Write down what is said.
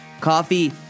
coffee